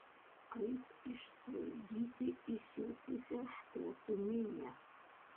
kaip išsklaidyti įsiutusią škotų minią